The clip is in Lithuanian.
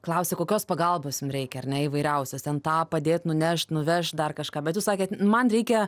klausė kokios pagalbos jum reikia ar ne įvairiausias ten tą padėt nunešt nuvešt dar kažką bet jūs sakėt man reikia